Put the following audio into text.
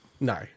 No